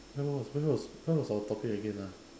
where was where was where was our topic again ah